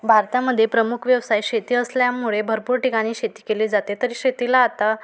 भारतामध्ये प्रमुख व्यवसाय शेती असल्यामुळे भरपूर ठिकाणी शेती केली जाते तरी शेतीला आता